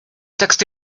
text